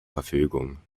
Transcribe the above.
verfügung